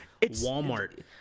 Walmart